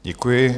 Děkuji.